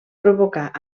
provocar